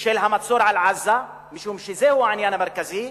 של המצור על עזה, משום שזהו העניין המרכזי,